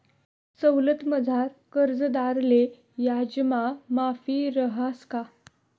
सवलतमझार कर्जदारले याजमा माफी रहास का?